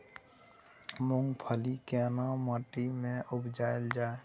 मूंगफली केना माटी में उपजायल जाय?